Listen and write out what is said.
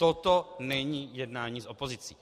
Toto není jednání s opozicí.